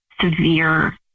severe